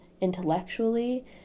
intellectually